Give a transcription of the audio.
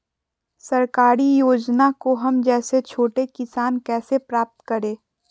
सरकारी योजना को हम जैसे छोटे किसान कैसे प्राप्त करें?